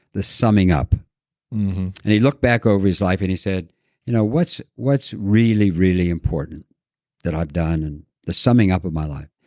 the summing up and he looked back over his life and he said you know what's what's really, really important that i've done and the summing up of my life?